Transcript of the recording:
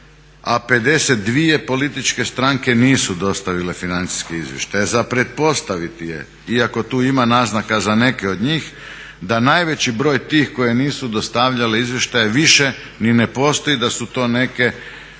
a 52 političke stranke nisu dostavile financijske izvještaje. Za pretpostaviti je, iako tu ima naznaka za neke od njih da najveći broj tih koje nisu dostavljale izvještaje više ni ne postoji, da su to neke